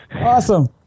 Awesome